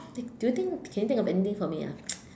do you do you think can you think of anything for me ah